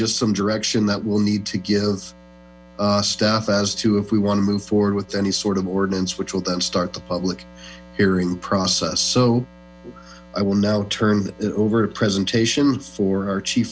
just some direction we'll need to give staff as to if we want to move forward with any sort of ordinance which will then start the public hearing process so i will now turn it over to presentation for our chief